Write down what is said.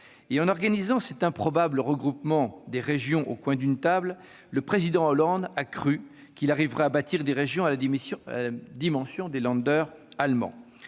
En organisant cet improbable regroupement des régions sur un coin de table, le Président Hollande a cru qu'il arriverait à bâtir des régions à la dimension des allemands.